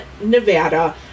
Nevada